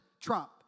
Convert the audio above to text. Trump